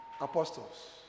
apostles